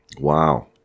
Wow